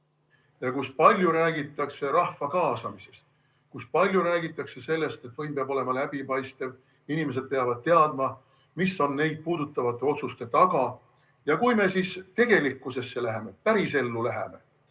kus palju räägitakse rahva kaasamisest, kus palju räägitakse sellest, et võim peab olema läbipaistev, inimesed peavad teadma, mis on neid puudutavate otsuste taga. Aga kui me tegelikkusesse läheme, päris ellu läheme,